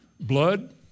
blood